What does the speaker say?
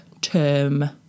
term